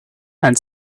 and